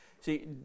See